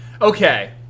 Okay